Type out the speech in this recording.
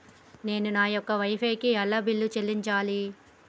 నేను నా యొక్క వై ఫై కి ఎలా బిల్లు చెల్లించాలి?